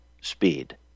speed